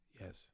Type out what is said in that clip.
Yes